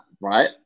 right